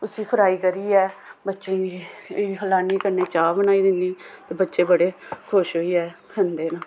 उसी फ्राई करियै बच्चें ई भी खलानी कन्नै चाह बनाई दिंन्नी बच्चे बड़े खुश होइयै खंदे न